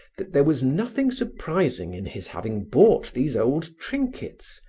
that there was nothing surprising in his having bought these old trinkets,